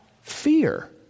fear